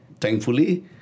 thankfully